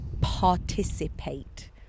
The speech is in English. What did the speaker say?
participate